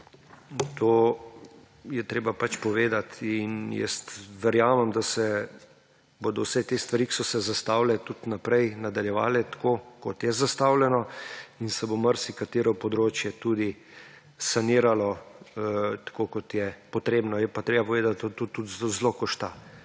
To je treba pač povedati in verjamem, da se bodo vse te stvari, ki so se zastavile, tudi naprej nadaljevale, tako kot je zastavljeno, in se bo marsikatero območje tudi sanirano, tako kot je potrebno. Je pa treba povedati, da to tudi zelo košta,